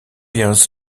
years